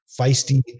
feisty